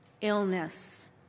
illness